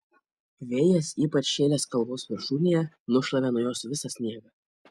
vėjas ypač šėlęs kalvos viršūnėje nušlavė nuo jos visą sniegą